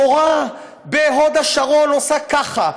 מורה בהוד השרון עושה ככה,